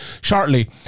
shortly